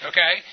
Okay